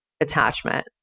attachment